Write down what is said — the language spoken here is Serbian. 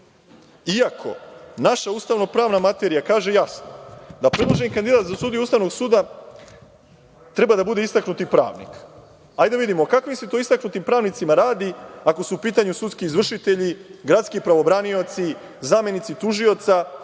iako naša ustavno pravna materija kaže jasno da predloženi kandidat za sudiju Ustavnog suda treba da bude istaknuti pravnik? Hajde da vidimo, o kakvim se to istaknutim pravnicima radi ako su u pitanju sudski izvršitelji, gradski pravobranioci, zamenici tužioca